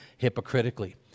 hypocritically